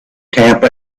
tampa